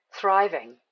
thriving